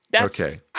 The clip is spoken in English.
Okay